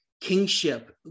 kingship